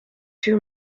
too